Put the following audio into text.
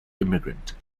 immigrant